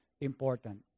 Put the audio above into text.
important